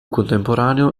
contemporaneo